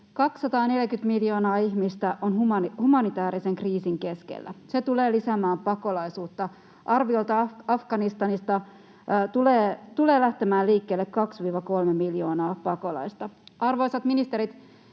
240 miljoonaa ihmistä on humanitäärisen kriisin keskellä. Se tulee lisäämään pakolaisuutta. Arviolta Afganistanista tulee lähtemään liikkeelle 2—3 miljoonaa pakolaista. Arvoisat ministerit,